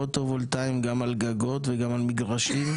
פוטו-וולטאים גם על גגות וגם על מגרשים,